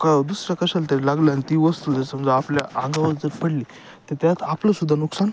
क दुसऱ्या कशालातरी लागलं आणि ती वस्तू जर समजा आपल्या अंगावर जर पडली तर त्यात आपलंसुद्धा नुकसान